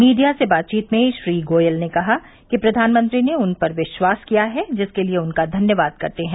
media से बातचीत में श्री गोयल ने कहा कि प्रधानमंत्री ने उन पर विश्वास किया है जिसके लिए उनका धन्यवाद करते हैं